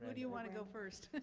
but do you want to go first?